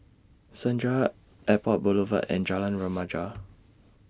Senja Airport Boulevard and Jalan Remaja